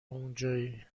اونجایی